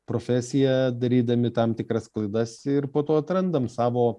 profesiją darydami tam tikras klaidas ir po to atrandam savo